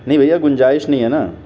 نہیں بھیا گنجائش نہیں ہے نا